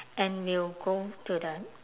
and we'll go to the